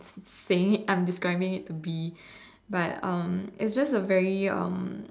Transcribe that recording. saying it I'm describing it to be but um it's just a very um